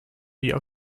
die